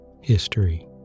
History